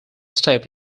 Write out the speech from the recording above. step